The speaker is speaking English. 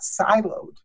siloed